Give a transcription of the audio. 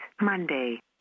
Monday